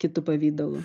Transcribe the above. kitu pavidalu